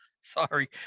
Sorry